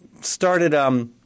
started